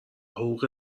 حقوق